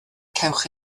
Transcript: cewch